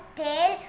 tail